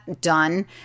done